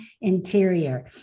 interior